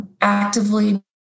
actively